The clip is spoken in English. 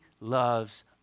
loves